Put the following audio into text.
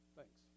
Thanks